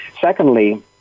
Secondly